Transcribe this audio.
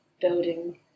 building